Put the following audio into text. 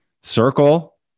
circle